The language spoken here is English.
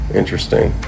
interesting